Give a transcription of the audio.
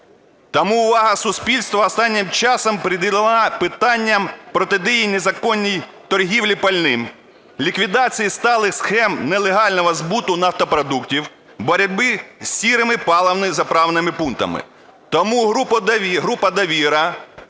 Тому увага суспільства останнім часом приділена питанням протидії незаконній торгівлі пальним, ліквідації сталих схем нелегального збуту нафтопродуктів, боротьби з "сірими" паливно-заправним пунктами. Тому група "Довіра",